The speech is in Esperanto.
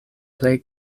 plej